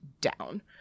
down